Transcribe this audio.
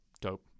Dope